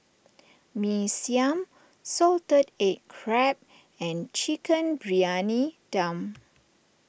Mee Siam Salted Egg Crab and Chicken Briyani Dum